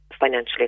financially